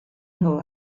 nhw